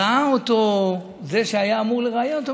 ראה אותו זה שהיה אמור לראיין אותו,